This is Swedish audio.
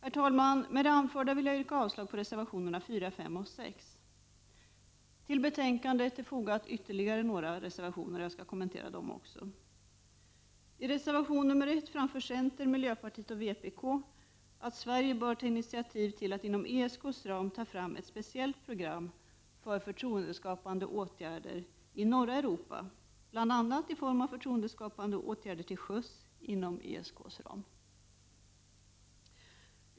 Fru talman, med det anförda vill jag yrka avslag på reservationerna 4, 5 och 6. Till betänkandet har fogats ytterligare några reservationer, och jag skall även kommentera dessa. I reservation nr 1 framför centern, miljöpartiet och vpk att Sverige bör ta initiativ till att inom ESK:s ram ta fram ett speciellt program för förtroendeskapande åtgärder i norra Europa, bl.a. i form av förtroendeskapande åtgärder till sjöss inom ESK:s ram.